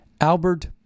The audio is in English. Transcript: Albert